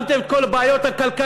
שמתם את כל בעיות הכלכלה,